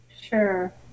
Sure